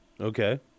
Okay